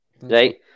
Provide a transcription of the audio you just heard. Right